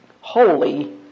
holy